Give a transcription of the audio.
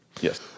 Yes